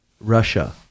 Russia